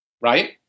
right